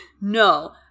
No